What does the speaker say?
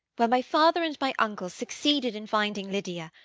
well, my father and my uncle succeeded in finding lydia.